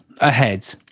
ahead